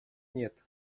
нет